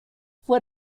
fue